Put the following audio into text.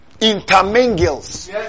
intermingles